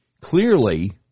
clearly